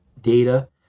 data